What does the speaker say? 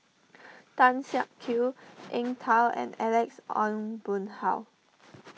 Tan Siak Kew Eng Tow and Alex Ong Boon Hau